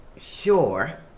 sure